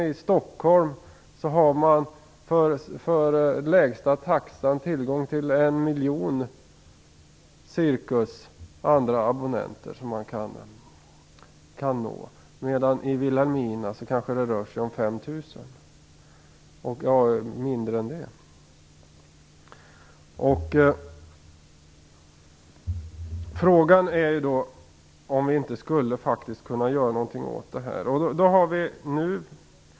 I Stockholm kan ca 1 miljon abonnenter nås till lägsta taxan, medan det i Vilhelmina rör sig om kanske Frågan är om vi inte skulle kunna göra något åt detta.